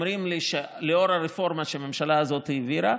והנדל"ן שאומרים לי שלאור הרפורמה שהממשלה הזאת העבירה,